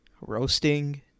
roasting